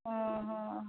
ଓହଃ